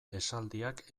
esaldiak